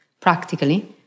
Practically